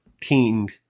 king